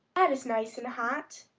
that is nice and hot.